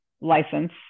license